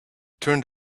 turned